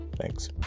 Thanks